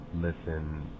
listen